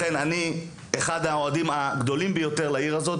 אני אחד האוהדים הגדולים ביותר של העיר הזו,